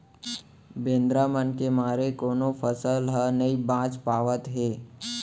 बेंदरा मन के मारे कोनो फसल ह नइ बाच पावत हे